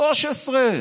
13,